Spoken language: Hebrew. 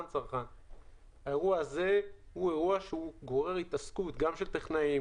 האירוע הזה הוא אירוע שגורר התעסקות של טכנאים,